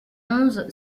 onze